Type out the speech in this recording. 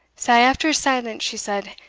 sae, after a silence, she said,